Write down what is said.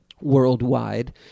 worldwide